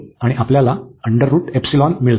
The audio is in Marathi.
आणि आपल्याला मिळतो